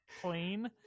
plane